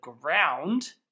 ground